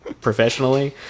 professionally